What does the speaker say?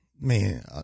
man